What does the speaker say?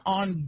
on